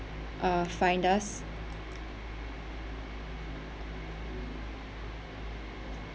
uh find us